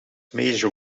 major